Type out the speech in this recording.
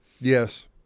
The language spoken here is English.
Yes